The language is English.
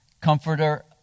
Comforter